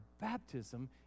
baptism